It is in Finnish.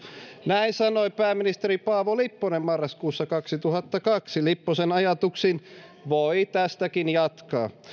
näin sanoi pääministeri paavo lipponen marraskuussa kaksituhattakaksi lipposen ajatuksin voi tästäkin jatkaa